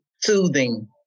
Soothing